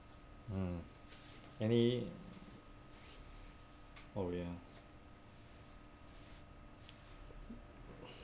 um any oh ya